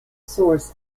source